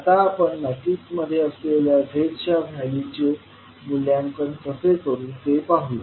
आता आपण मॅट्रिक्स मध्ये असलेल्या Z च्या व्हॅल्यू चे मूल्यांकन कसे करू ते पाहूया